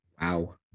wow